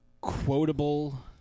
quotable